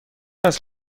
است